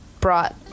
brought